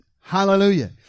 Hallelujah